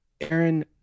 Aaron